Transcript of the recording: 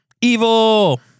Evil